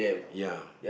ya